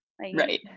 right